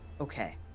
okay